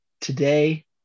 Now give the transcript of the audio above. today